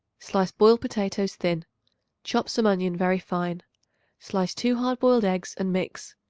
slice boiled potatoes thin chop some onion very fine slice two hard-boiled eggs and mix.